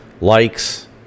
likes